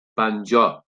banjo